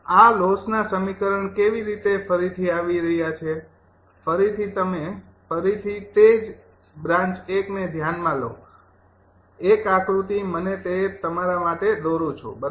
આ લોસના સમીકરણ કેવી રીતે ફરીથી આવી રહ્યા છે ફરીથી તમે ફરીથી તે જ બ્રાન્ચ ૧ ને ધ્યાનમાં લો ૧ આકૃતિ મને તે તમારા માટે દોરુ છુ બરાબર